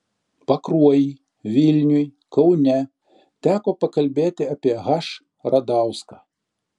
pakruojy vilniuj kaune teko pakalbėti apie h radauską